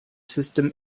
system